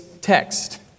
text